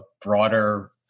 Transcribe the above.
broader